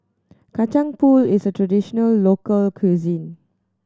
Kacang Pool is a traditional local cuisine